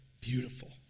beautiful